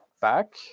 back